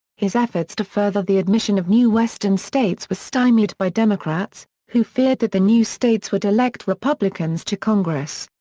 his efforts to further the admission of new western states were stymied by democrats, democrats, who feared that the new states would elect republicans to congress.